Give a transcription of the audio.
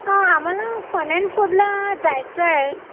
हां आम्हाला fun and फूडला जायचं आहे